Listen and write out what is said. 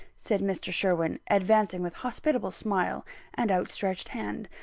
said mr. sherwin, advancing with hospitable smile and outstretched hand.